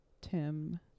tim